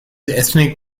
ethnic